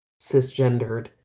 cisgendered